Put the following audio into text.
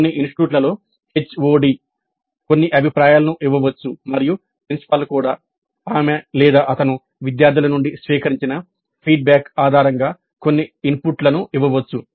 కొన్ని ఇన్స్టిట్యూట్లలో HOD కొన్ని అభిప్రాయాలను ఇవ్వవచ్చు మరియు ప్రిన్సిపాల్ కూడా ఆమె లేదా అతను విద్యార్థుల నుండి స్వీకరించిన ఫీడ్బ్యాక్ ఆధారంగా కొన్ని ఇన్పుట్లను ఇవ్వవచ్చు